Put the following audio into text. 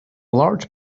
large